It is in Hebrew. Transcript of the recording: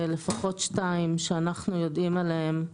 לפחות שתיים שאנחנו יודעים עליהן,